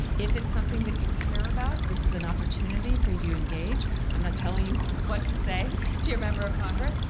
if it's something that you care about, this is an opportunity for you to engage. i'm not telling you what to say to your member of congress.